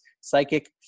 psychic